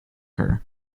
her